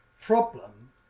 problem